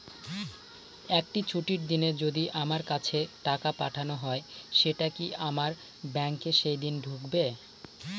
একটি ছুটির দিনে যদি আমার কাছে টাকা পাঠানো হয় সেটা কি আমার ব্যাংকে সেইদিন ঢুকবে?